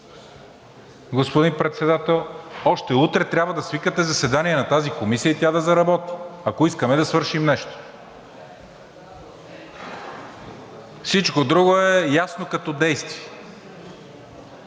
господин Председател, още утре трябва да свикате заседание на тази комисия и тя да заработи, ако искаме да свършим нещо. Всичко друго е ясно като действие.